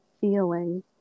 feeling